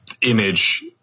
image